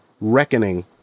reckoning